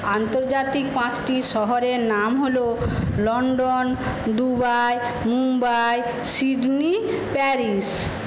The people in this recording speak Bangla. আন্তর্জাতিক পাঁচটি শহরের নাম হল London Dubai Mumbai Sydney Paris